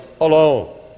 alone